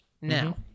now